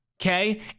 Okay